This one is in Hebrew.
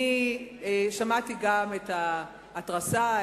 שמעתי גם את ההתרסה,